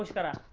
but